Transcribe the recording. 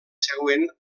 següent